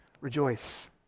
rejoice